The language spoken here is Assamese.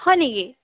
হয় নেকি